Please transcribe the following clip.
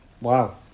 wow